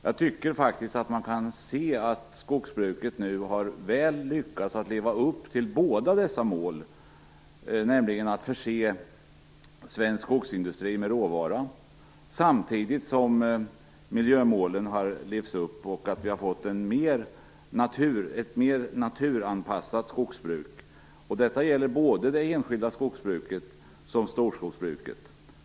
Jag tycker faktiskt att man kan se att skogsbruket väl har lyckats med att leva till upp båda dessa mål, nämligen att förse svensk skogsindustri med råvara samtidigt som miljömålen har nåtts. Vi har fått ett mer naturanpassat skogsbruk. Detta gäller både det enskilda skogsbruket och storskogsbruket.